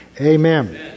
amen